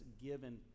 given